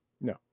No